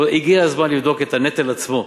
אבל הגיע הזמן לבדוק את הנטל עצמו.